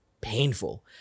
painful